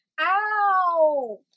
Ow